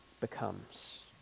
becomes